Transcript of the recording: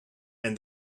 and